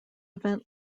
event